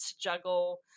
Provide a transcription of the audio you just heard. juggle